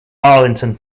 arlington